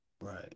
Right